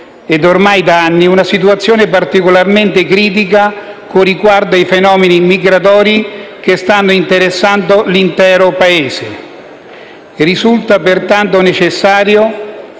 e ormai da anni una situazione particolarmente critica con riguardo ai fenomeni migratori che stanno interessando l'intero Paese. Risulta pertanto necessario